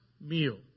meal